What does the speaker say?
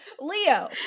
Leo